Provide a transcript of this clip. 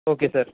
okay sir